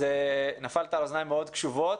אז נפלת על אוזניים מאוד קשובות.